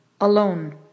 alone